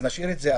נשאיר את זה,